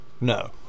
no